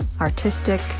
artistic